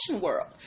world